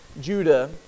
Judah